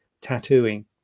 tattooing